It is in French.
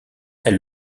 elle